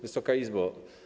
Wysoka Izbo!